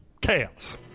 Chaos